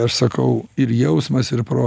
aš sakau ir jausmas ir pro